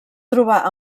trobar